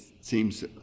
seems